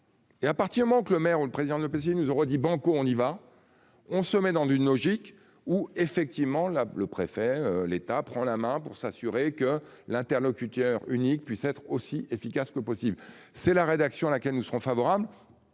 Et à partir du moment que le maire ou le président de la piscine, nous aurons dit Banco, on y va, on se met dans une logique où effectivement là, le préfet, l'État prend la main pour s'assurer que l'interlocuteur unique puisse être aussi efficace que possible. C'est la rédaction à laquelle nous serons favorables.